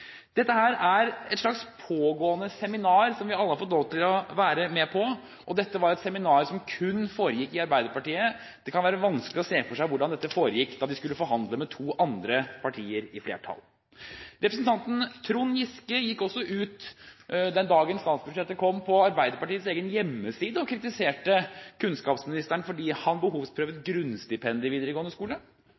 Dette er et slags pågående seminar som vi alle har fått lov til å være med på, og dette var et seminar som kun foregikk i Arbeiderpartiet. Det kan være vanskelig å se for seg hvordan det foregikk da de skulle forhandle med to andre partier, i flertall. Representanten Trond Giske gikk også ut på Arbeiderpartiets egen hjemmeside den dagen statsbudsjettet kom, og kritiserte kunnskapsministeren fordi han behovsprøvde grunnstipendet i videregående skole.